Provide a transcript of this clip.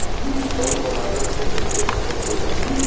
पर परागण से कईसे फसल होई?